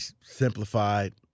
simplified